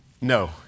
No